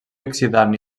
oxidant